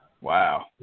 Wow